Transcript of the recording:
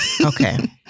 Okay